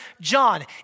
John